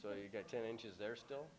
so you got ten inches there still